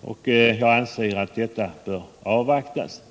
och jag anser att detta bör avvaktas.